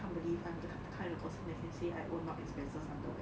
can't believe I am the kind of person that can say I own Marks and Spencer's underwear